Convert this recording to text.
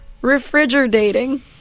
Refrigerating